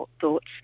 thoughts